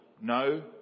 no